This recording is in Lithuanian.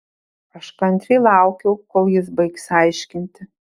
aš kantriai laukiau kol jis baigs aiškinti